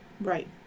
right